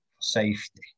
safety